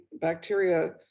bacteria